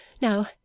Now